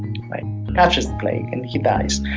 catches plague and he dies.